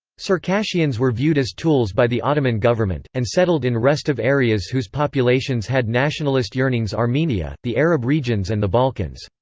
circassians were viewed as tools by the ottoman government, and settled in restive areas whose populations had nationalist yearnings armenia, the arab regions and the balkans.